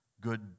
good